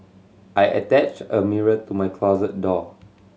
I attached a mirror to my closet door